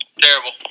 Terrible